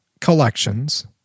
collections